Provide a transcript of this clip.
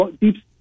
Deep